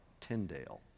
Tyndale